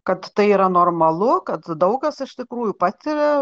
kad tai yra normalu kad daug kas iš tikrųjų patiria